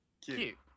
Cute